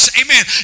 amen